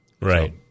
Right